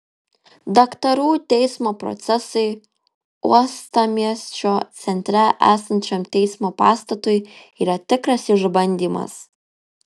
daktarų teismo procesai uostamiesčio centre esančiam teismo pastatui yra tikras išbandymas